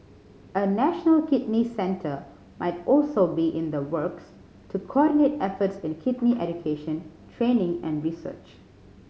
a national kidney centre might also be in the works to coordinate efforts in a kidney education training and research